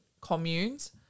communes